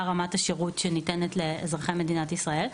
רמת השירות שניתנת לאזרחי מדינת ישראל,